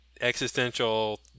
existential